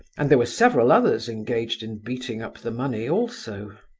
and there were several others engaged in beating up the money, also.